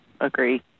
Agree